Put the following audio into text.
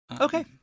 Okay